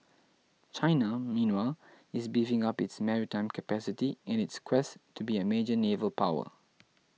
China meanwhile is beefing up its maritime capacity in its quest to be a major naval power